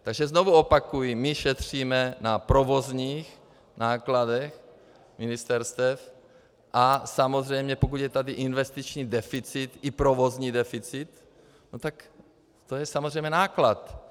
Takže znovu opakuji, my šetříme na provozních nákladech ministerstev, a samozřejmě pokud je tady investiční deficit i provozní deficit, tak to je samozřejmě náklad.